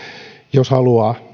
jos haluaa